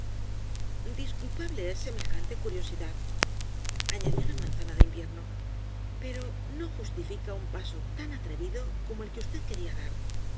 disculpable es semejante curiosidad añadió la manzana de invierno pero no justifica un paso tan atrevido como el que usted quería dar